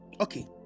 okay